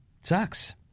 sucks